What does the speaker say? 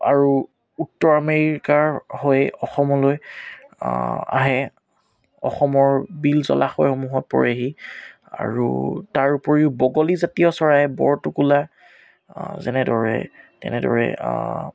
আৰু উত্তৰ আমেৰিকাৰ হৈ অসমলৈ আহে অসমৰ বিল জলাশয়সমূহত পৰেহি আৰু তাৰ উপৰিও বগলীজাতীয় চৰাই বৰটোকোলা যেনেদৰে তেনেদৰে